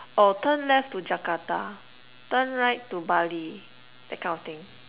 oh turn left to Jakarta turn right to Bali that kind of thing